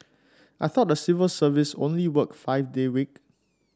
I thought the civil service only work five day week